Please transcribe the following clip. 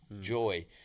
joy